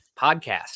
podcast